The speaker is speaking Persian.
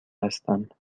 هستم